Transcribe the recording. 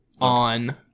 on